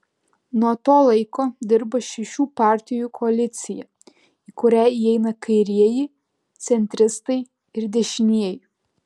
nuo to laiko dirba šešių partijų koalicija į kurią įeina kairieji centristai ir dešinieji